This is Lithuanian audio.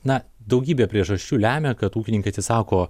na daugybė priežasčių lemia kad ūkininkai atsisako